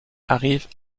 arrivent